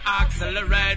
accelerate